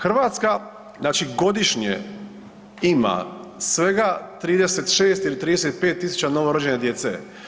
Hrvatska znači godišnje ima svega 36 ili 35.000 novorođene djece.